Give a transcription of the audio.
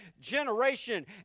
generation